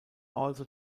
also